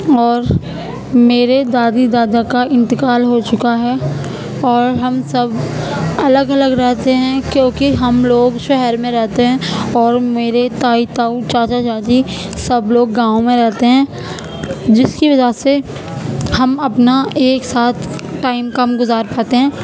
اور میرے دادی دادا کا انتقال ہو چکا ہے اور ہم سب الگ الگ رہتے ہیں کیونکہ ہم لوگ شہر میں رہتے ہیں اور میرے تائی تاؤ چاچا چاچی سب لوگ گاؤں میں رہتے ہیں جس کی وجہ سے ہم اپنا ایک ساتھ ٹائم کم گزار پاتے ہیں